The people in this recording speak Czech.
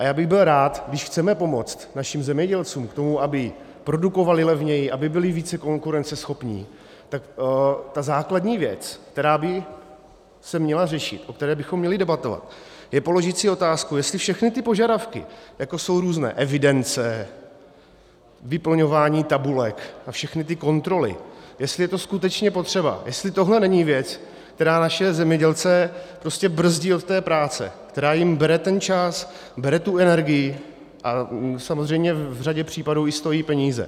A já bych byl rád, když chceme pomoct našim zemědělcům k tomu, aby produkovali levněji, aby byli více konkurenceschopní, tak ta základní věc, která by se měla řešit, o které bychom měli debatovat, je položit si otázku, jestli všechny ty požadavky, jako jsou různé evidence, vyplňování tabulek a všechny ty kontroly, jestli je to skutečně potřeba, jestli tohle není věc, která naše zemědělce brzdí od práce, která jim bere čas, bere energii a samozřejmě v řadě případů i stojí peníze.